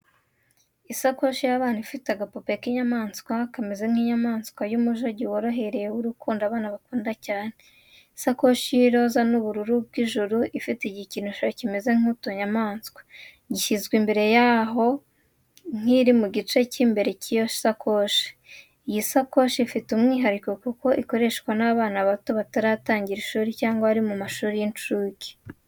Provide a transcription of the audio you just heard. Isakoshi y’abana ifite agapupe k’inyamaswa kameze nk’inyamanswa ya umujogi worohereye w’urukundo abana bakunda cyane. Isakoshi y'iroza n'ubururu bw’ijuru ifite igikinisho kimeze nk’utunyamaswa (gishyizwe imbere nk'aho kiri mu gice cy’imbere cy’iyo sakoshi. Iyi sakoshi ifite umwihariko kuko ikoreshwa n’abana bato bataratangira ishuri cyangwa bari mu mashuri y’inshuke.